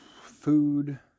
food